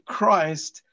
Christ